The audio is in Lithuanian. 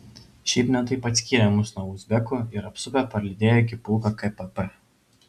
šiaip ne taip atskyrė mus nuo uzbekų ir apsupę parlydėjo iki pulko kpp